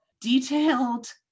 detailed